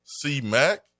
C-Mac